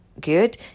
good